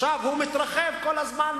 ועכשיו הוא מתרחב כל הזמן,